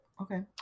okay